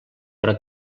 però